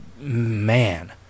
man